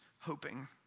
hoping